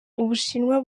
ubushinwa